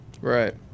Right